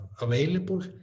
available